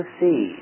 see